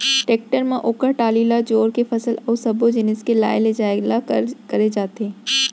tractor म ओकर टाली ल जोर के फसल अउ सब्बो जिनिस के लाय लेजाय ल करे जाथे